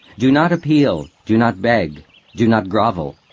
do not appeal do not beg do not grovel.